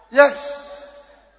Yes